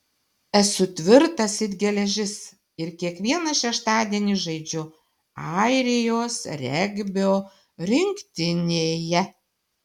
esu tvirtas it geležis ir kiekvieną šeštadienį žaidžiu airijos regbio rinktinėje